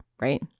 right